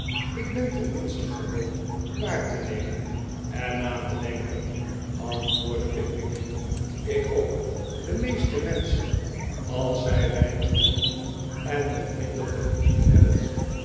ik ben tenminste gewoon waar te nemen en na te denken antwoordde pickwick ik ook de meeste menschen als zij weinig te doen en nog minder te verdienen hebben